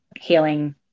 healing